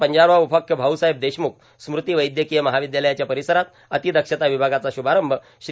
पंजाबराव उपाख्य भाऊसाहेब देशमुख स्मृती वैद्यकोय महर्ावद्यालयाच्या पारसरात र्आतदक्षता वभागाचा शुभारंभ श्री